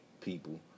people